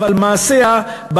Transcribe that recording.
אבל מעשיה,